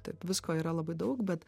taip visko yra labai daug bet